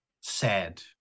sad